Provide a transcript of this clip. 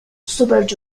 super